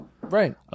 Right